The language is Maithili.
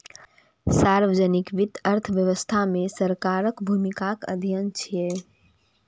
सार्वजनिक वित्त अर्थव्यवस्था मे सरकारक भूमिकाक अध्ययन छियै